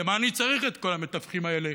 למה אני צריך את כל המתווכים האלה?